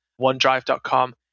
OneDrive.com